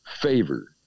favor